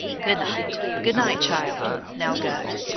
good-night good-night, child! now go.